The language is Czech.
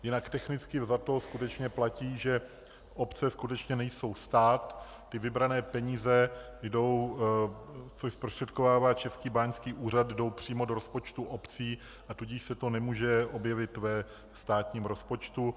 Jinak technicky vzato skutečně platí, že obce skutečně nejsou stát, ty vybrané peníze jdou, což zprostředkovává Český báňský úřad, přímo do rozpočtu obcí, a tudíž se to nemůže objevit ve státním rozpočtu.